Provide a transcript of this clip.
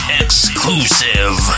exclusive